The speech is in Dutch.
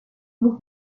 moet